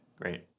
Great